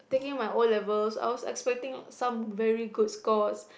taking my O-levels I was expecting some very good scores